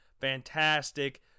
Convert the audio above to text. fantastic